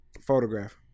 Photograph